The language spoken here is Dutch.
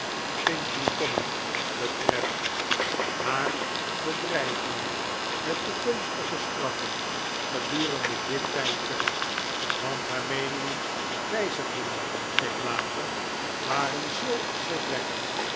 finchley common betreft haar bedreigingen met toekomstige straffen gedurende dit tijdperk want haar meeningen wijzigden zich later waren zoo